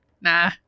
Nah